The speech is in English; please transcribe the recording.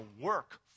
work